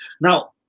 Now